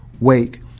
Wake